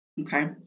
Okay